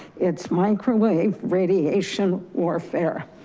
it's microwave radiation warfare,